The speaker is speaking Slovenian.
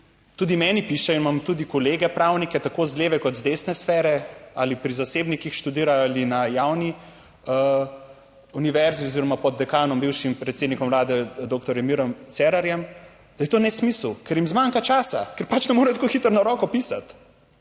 tudi meni piše, imam tudi kolege pravnike, tako z leve kot z desne sfere, ali pri zasebnikih študirajo, ali na javni univerzi oziroma pod dekanom, bivšim predsednikom vlade, doktorjem Mirom Cerarjem, da je to nesmisel, ker jim zmanjka časa, ker ne morejo tako hitro na roko pisati.